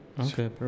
okay